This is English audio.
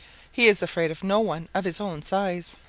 he is afraid of no one of his own size.